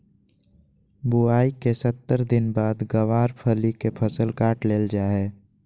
बुआई के सत्तर दिन बाद गँवार फली के फसल काट लेल जा हय